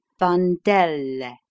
Vandelle